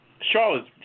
Charlotte